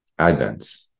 advents